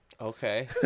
Okay